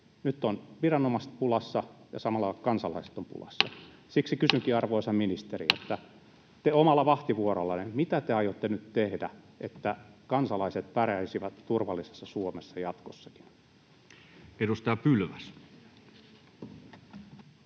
Nyt ovat viranomaiset pulassa, ja samalla kansalaiset ovat pulassa. Siksi kysynkin, arvoisa ministeri: mitä te omalla vahtivuorollanne aiotte nyt tehdä, että kansalaiset pärjäisivät turvallisessa Suomessa jatkossakin? [Speech 41]